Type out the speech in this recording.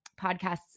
podcasts